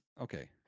okay